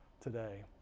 today